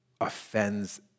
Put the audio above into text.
offends